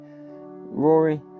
Rory